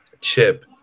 chip